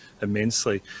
immensely